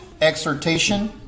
exhortation